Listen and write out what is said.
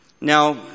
Now